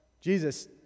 Jesus